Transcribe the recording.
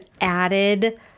added